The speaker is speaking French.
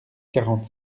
quarante